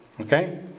Okay